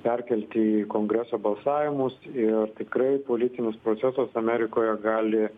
perkelti į kongreso balsavimus ir tikrai politinis procesas amerikoje gali